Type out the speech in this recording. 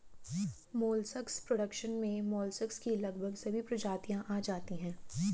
molluscs production में molluscs की लगभग सभी प्रजातियां आ जाती हैं